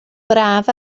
braf